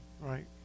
right